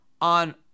on